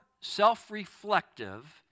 self-reflective